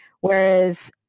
Whereas